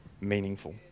meaningful